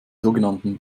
sogenannten